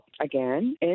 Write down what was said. Again